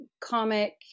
comic